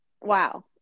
wow